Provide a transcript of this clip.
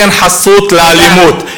כבוד השר אומר שאבו מאזן נותן חסות לאלימות.